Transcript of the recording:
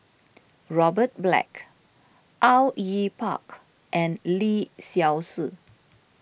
Robert Black Au Yue Pak and Lee Seow Ser